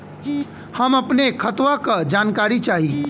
हम अपने खतवा क जानकारी चाही?